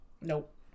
Nope